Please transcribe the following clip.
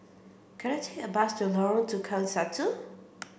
can I take a bus to Lorong Tukang Satu